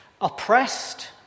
Oppressed